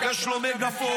יש לו מגפון,